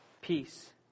peace